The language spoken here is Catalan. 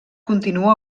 continua